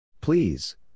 Please